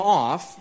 off